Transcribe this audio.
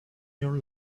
your